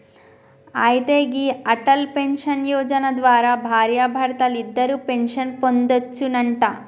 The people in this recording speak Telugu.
అయితే గీ అటల్ పెన్షన్ యోజన ద్వారా భార్యాభర్తలిద్దరూ పెన్షన్ పొందొచ్చునంట